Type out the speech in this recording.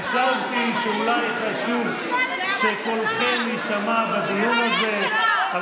חשבתי שאולי חשוב שקולכם יישמע בדיון הזה,